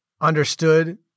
understood